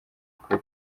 ukuri